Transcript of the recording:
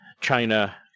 China